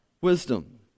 wisdom